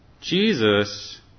Jesus